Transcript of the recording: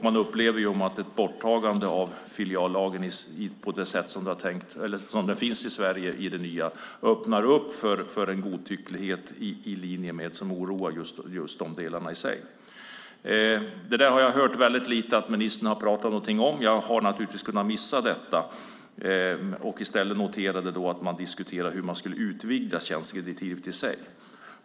Man upplever att ett borttagande av filiallagen som finns i Sverige öppnar för en godtycklighet som är oroande. Det har jag hört ministern prata väldigt lite om. Jag har naturligtvis kunnat missa det, men har i stället noterat att man diskuterar hur man ska utvidga tjänstedirektivet.